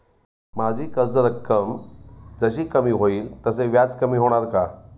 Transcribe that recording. माझी कर्ज रक्कम जशी कमी होईल तसे व्याज कमी होणार का?